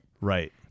Right